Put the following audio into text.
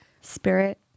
Spirit